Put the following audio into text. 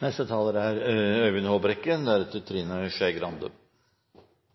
Respekten for andres eiendom er